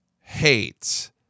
hates